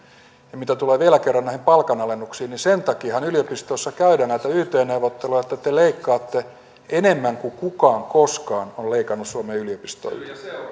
esitykseen mitä tulee vielä kerran näihin palkanalennuksiin niin sen takiahan yliopistoissa käydään näitä yt neuvotteluja että te leikkaatte enemmän kuin kukaan koskaan on leikannut suomen yliopistoilta